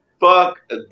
Fuck